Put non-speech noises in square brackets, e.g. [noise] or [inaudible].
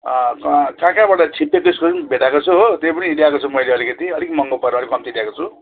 [unintelligible] कहाँ कहाँबाट छिप्पिएको इस्कुस पनि भेटाएको छु हो त्यो पनि ल्याएको छु मैले अलिकति अलिकति महँगो परेर अलिकति कम्ती ल्याएको छु